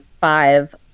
five